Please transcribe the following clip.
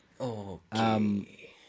Okay